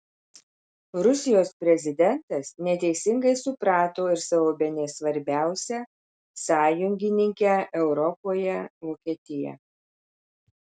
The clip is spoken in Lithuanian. rusijos prezidentas neteisingai suprato ir savo bene svarbiausią sąjungininkę europoje vokietiją